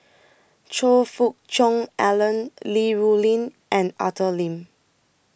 Choe Fook Cheong Alan Li Rulin and Arthur Lim